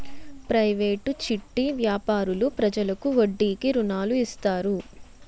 private చిట్టి వ్యాపారులు ప్రజలకు వడ్డీకి రుణాలు ఇస్తారు